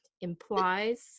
implies